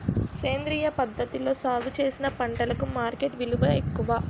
సేంద్రియ పద్ధతిలో సాగు చేసిన పంటలకు మార్కెట్ విలువ ఎక్కువ